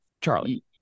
charlie